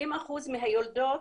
20% מהיולדות